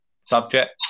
subject